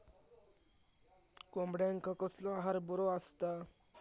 कोंबड्यांका कसलो आहार बरो असता?